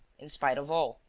in spite of all.